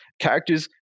Characters